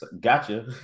gotcha